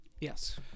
yes